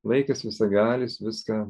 laikas visagalis viską